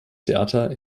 theater